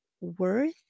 worth